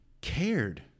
cared